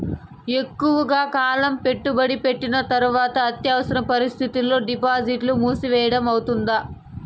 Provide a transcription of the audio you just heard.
ఎక్కువగా కాలం పెట్టుబడి పెట్టిన తర్వాత అత్యవసర పరిస్థితుల్లో డిపాజిట్లు మూసివేయడం అవుతుందా?